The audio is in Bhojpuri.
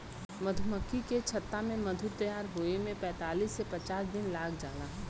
मधुमक्खी के छत्ता में मधु तैयार होये में पैंतालीस से पचास दिन लाग जाला